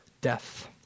death